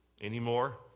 anymore